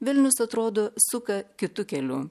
vilnius atrodo suka kitu keliu